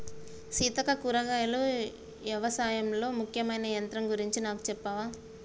సీతక్క కూరగాయలు యవశాయంలో ముఖ్యమైన యంత్రం గురించి నాకు సెప్పవా